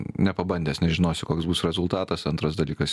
nepabandęs nežinosi koks bus rezultatas antras dalykas